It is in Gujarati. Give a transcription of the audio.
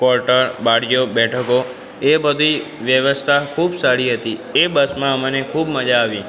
કોર્ટર બારીઓ બેઠકો એ બધી વ્યવસ્થા ખૂબ સારી હતી એ બસમાં અમને ખૂબ મજા આવી